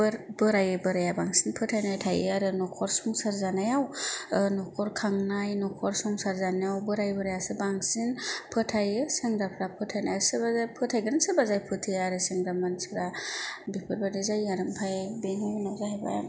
बोराइ बोराया बांसिन फोथायनाय थायो आरो न'खर संसार जानायाव न'खर खांनाय न'खर संसार जानायाव बोराइ बोरायासो बांसिन फोथायो सेंग्राफोरा सोरबा फोथायगोन सोरबा फोथाया आरो सेंग्रा मानसिफोरा बेफोरबायदि जायो आरो ओमफ्राय बेनो जाहैबाय